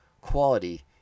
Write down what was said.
quality